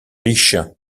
riche